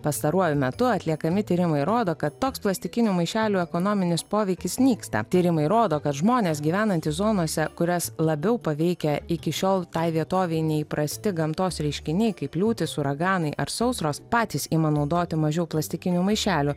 pastaruoju metu atliekami tyrimai rodo kad toks plastikinių maišelių ekonominis poveikis nyksta tyrimai rodo kad žmonės gyvenantys zonose kurias labiau paveikia iki šiol tai vietovei neįprasti gamtos reiškiniai kaip liūtys uraganai ar sausros patys ima naudoti mažiau plastikinių maišelių